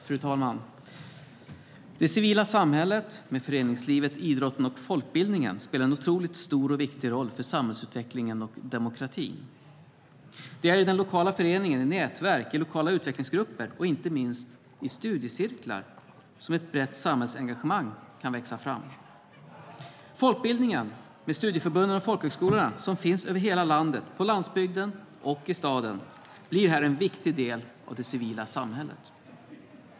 Fru talman! Det civila samhället med föreningslivet, idrotten och folkbildningen spelar en otroligt stor och viktig roll för samhällsutvecklingen och demokratin. Det är i den lokala föreningen, i nätverk, i lokala utvecklingsgrupper och inte minst i studiecirklar som ett brett samhällsengagemang kan växa fram. Folkbildningen, med studieförbunden och folkhögskolorna som finns över hela landet, på landsbygden och i staden, blir här en viktig del av det civila samhället.